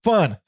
Fun